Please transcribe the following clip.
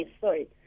sorry